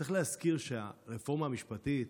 צריך להזכיר שהרפורמה המשפטית,